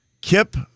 Kip